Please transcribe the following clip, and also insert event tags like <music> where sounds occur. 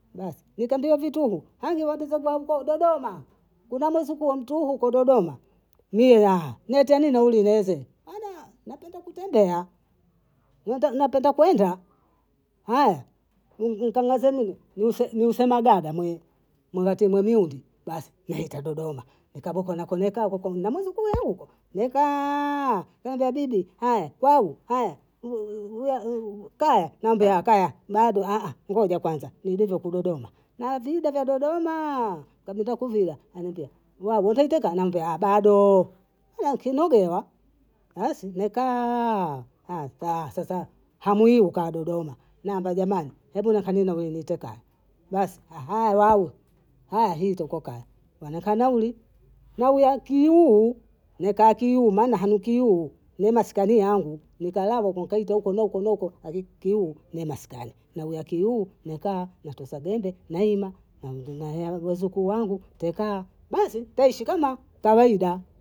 Basi nikiambiwa vitu haujaleta zabu ya uko Dodoma kuna muzuku wa mtu huko Dododma nihaa nletea nini ulineze anaa napenda kutembea, na- napenda kwenda, aya m- mka- mkamlaze mimi mli- mlisema dada mwi mlateni mudi basi naleta Dododma nkaboko nakokao uko na muzuku yangu uko nmekaaah kaniambia bibi aya lau aya <hesitation> kaya mambo ya kaya bado aah ngoja kwanza nilivoku Dododma naviiba vya Dodomaaaah kama natakuvila anambia wa wentotoka namwambia aah bado kila nkinogewa, basi mekaa hata sasa hamu hiyo kaa Dodoma nawambia jamani hebu kaniwenotoka, basi aah lau aya hii tokokaa, nanipa nauli na uyakiu nikakiu maana hanikiu maana sikani yangu nikalala uko nikaita huku na huku na huku aki kiu ni masikani na uya kiu nikaa natosa jembe nalima nandi naya wazuku wangu nitakaa basi nitaishi kama kawaida